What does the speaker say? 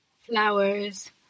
Flowers